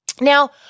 Now